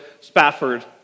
Spafford